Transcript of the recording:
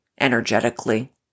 energetically